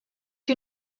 you